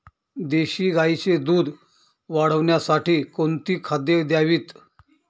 देशी गाईचे दूध वाढवण्यासाठी कोणती खाद्ये द्यावीत?